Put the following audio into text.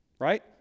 right